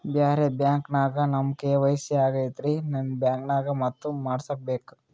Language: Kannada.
ಬ್ಯಾರೆ ಬ್ಯಾಂಕ ನ್ಯಾಗ ನಮ್ ಕೆ.ವೈ.ಸಿ ಆಗೈತ್ರಿ ನಿಮ್ ಬ್ಯಾಂಕನಾಗ ಮತ್ತ ಮಾಡಸ್ ಬೇಕ?